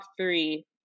three